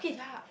yeah